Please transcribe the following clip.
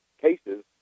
cases